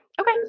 okay